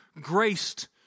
graced